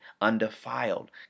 undefiled